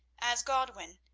as godwin,